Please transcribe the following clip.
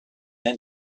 then